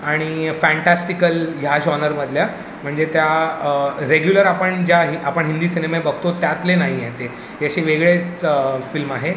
आणि फॅन्टॅस्टिकल ह्या जॉनरमधल्या म्हणजे त्या रेग्युलर आपण ज्या हि आपण हिंदी सिनेमे बघतो त्यातले नाही आहे ते असे वेगळेच फिल्म आहे